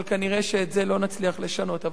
אבל כנראה שאת זה לא נצליח לשנות.